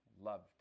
loved